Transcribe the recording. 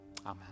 Amen